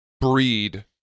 breed